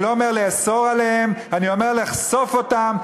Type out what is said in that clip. אני לא אומר לאסור עליהן, אני אומר לחשוף אותן.